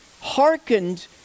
hearkened